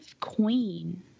Queen